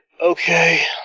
Okay